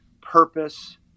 purpose